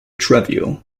trivial